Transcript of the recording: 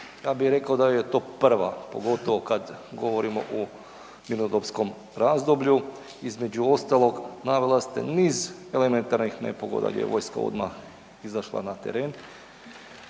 Ja bi rekao da je to prva pogotovo kad govorimo o mirnodopskom razdoblju, između ostalog navela ste niz elementarnih nepogoda gdje je vojska odmah izašla na teren,